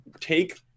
take